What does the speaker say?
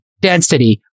density